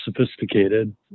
sophisticated